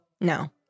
No